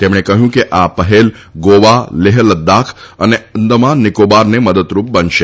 તેમણે કહ્યું કે આ પહેલ ગોવા લેહ લદ્દાખ અને અંદામાન નિકોબારને મદદરૂપ બનશે